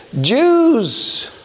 Jews